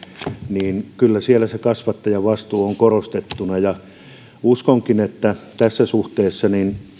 niin kyllä siellä kasvattajan vastuu on korostettuna uskonkin että tässä suhteessa